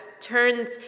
turns